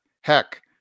Heck